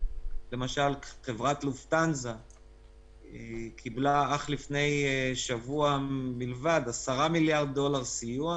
למשל חברת לופטהנזה קיבלה אך רק לפני שבוע בלבד 10 מיליארד דולר סיוע,